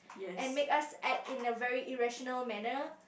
and make us act in a very irrational manner